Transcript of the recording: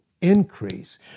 increase